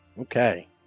Okay